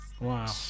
Wow